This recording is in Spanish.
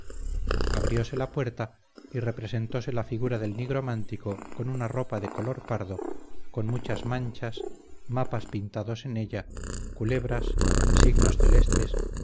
abriose la puerta y representose la figura del nigromántico con una ropa de color pardo con muchas manchas mapas pintados en ella culebras signos celestes